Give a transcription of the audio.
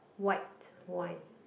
white wine